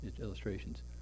illustrations